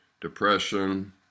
depression